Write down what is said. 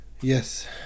Yes